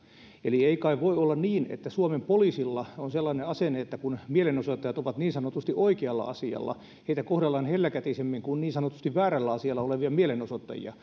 eli ei kai voi olla niin että suomen poliisilla on sellainen asenne että kun mielenosoittajat ovat niin sanotusti oikealla asialla heitä kohdellaan helläkätisemmin kuin niin sanotusti väärällä asialla olevia mielenosoittajia